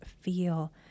feel